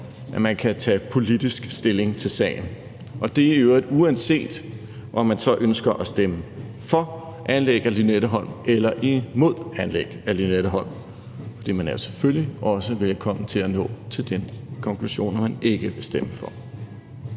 at man kan tage politisk stilling til sagen. Og det er i øvrigt, uanset om man så ønsker at stemme for anlæg af Lynetteholm eller imod anlæg af Lynetteholm, for man er selvfølgelig også velkommen til at nå til den konklusion, at man ikke vil stemme for.